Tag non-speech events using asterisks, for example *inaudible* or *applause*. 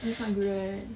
*noise*